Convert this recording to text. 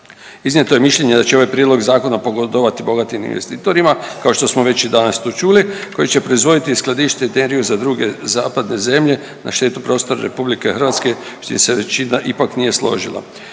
Iznijeto je mišljenje da će ovaj prijedlog zakona pogodovati bogatim investitorima, kao što smo već i danas tu čuli, koji će proizvodit i skladištit energiju za druge zapadne zemlje na štetu prostora RH s čim se većina ipak nije složila.